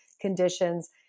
conditions